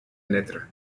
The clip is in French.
naître